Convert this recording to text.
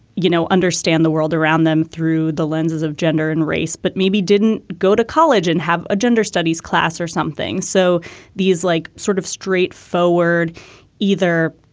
you know, understand the world around them through the lenses of gender and race, but maybe didn't go to college and have a gender studies class or something. so these like sort of straight forward either,